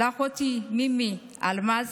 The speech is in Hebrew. לאחותי מימי אלמז